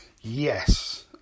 Yes